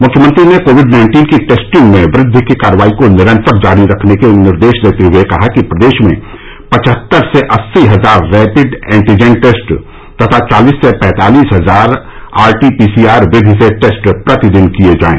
मुख्यमंत्री ने COVID nineteen की टेस्टिंग में वृद्धि की कार्रवाई को निरन्तर जारी रखने के निर्देश देते हुए कहा कि प्रदेश में पचहत्तर से अस्सी हजार रैपिड एंटीजन टेस्ट तथा चालिस से पैंतालिस हजार आरटीपीसी आर विधि से टेस्ट प्रतिदिन किये जाये